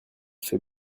fait